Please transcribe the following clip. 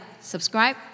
subscribe